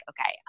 okay